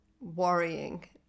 worrying